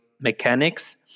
mechanics